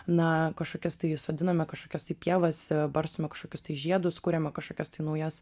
na kažkokias tai sodiname kažkokias tai pievas barstome kažkokius tai žiedus kuriame kažkokias tai naujas